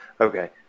Okay